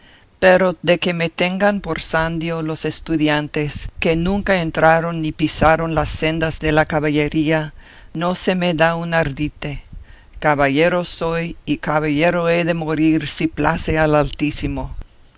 pero de que me tengan por sandio los estudiantes que nunca entraron ni pisaron las sendas de la caballería no se me da un ardite caballero soy y caballero he de morir si place al altísimo